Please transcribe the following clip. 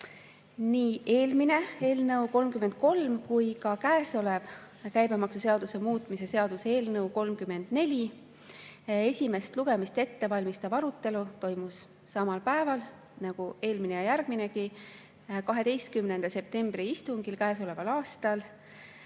nii eelmise eelnõu 33 kui ka käesoleva käibemaksuseaduse muutmise seaduse eelnõu 34 esimest lugemist ettevalmistav arutelu toimus samal päeval nagu järgmise [eelnõu omagi]: 12. septembri istungil käesoleval aastal.